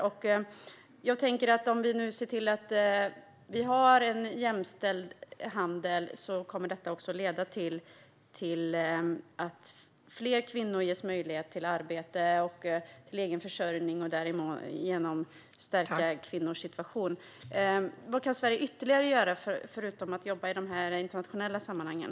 Om vi nu ser till att vi har en jämställd handel tänker jag att detta kommer att leda till att fler kvinnor ges möjlighet till arbete och egen försörjning och därigenom till att kvinnors situation stärks. Vad kan Sverige göra ytterligare, förutom att jobba i de här internationella sammanhangen?